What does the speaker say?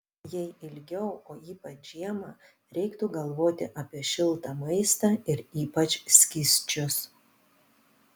jei ilgiau o ypač žiemą reiktų galvoti apie šiltą maistą ir ypač skysčius